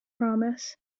promise